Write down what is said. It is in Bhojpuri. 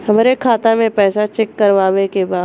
हमरे खाता मे पैसा चेक करवावे के बा?